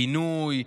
בינוי,